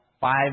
five